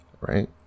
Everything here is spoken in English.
right